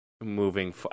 moving